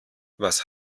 was